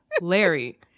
Larry